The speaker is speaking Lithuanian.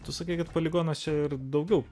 tu sakai kad poligonuose ir daugiau